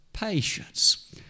patience